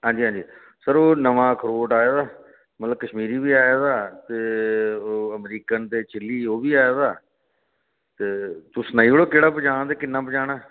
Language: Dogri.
हां जी हां जी सर ओह् नमां अखरोट आए दा मतलब कश्मीरी बी आए दा ते ओह् अमेरिकन ते चिली ओह् बी आए दा ते तुस सनाई ओड़ो केह्ड़ा पजाना ते किन्ना पजाना